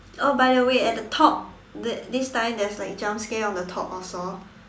oh by the way at the top this this time there is like jump scare on the top also